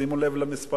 שימו לב למספרים,